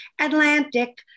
Atlantic